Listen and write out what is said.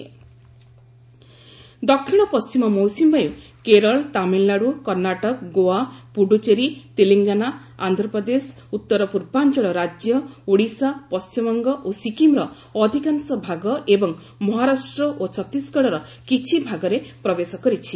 southwest monsoon ଦକ୍ଷିଣ ପଣ୍ଟିମ ମୌସୁମୀବାୟୁ କେରଳ ତାମିଲନାଡୁ କର୍ଷ୍ଣାଟକ ଗୋଆ ପୁଡ଼ୁଚେରୀ ତେଲେଙ୍ଗାନା ଆନ୍ଧ୍ରପ୍ରଦେଶ ଉତ୍ତର ପୂର୍ବାଞ୍ଚଳ ରାଜ୍ୟ ଓଡ଼ିଶା ପଣ୍ଟିମବଙ୍ଗ ଓ ସିକିମ୍ର ଅଧିକାଂଶ ଭାଗ ଏବଂ ମହାରାଷ୍ଟ୍ର ଓ ଛତିଶଗଡର କିଛି ଭାଗରେ ପ୍ରବେଶ କରିଛି